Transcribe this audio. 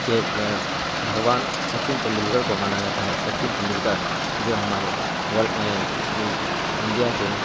کے بھگوان سچن تیندولکر کو مانا جاتا ہے سچن تیندولکر جو ہمارے انڈیا کے ہیں